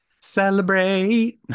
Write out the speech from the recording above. Celebrate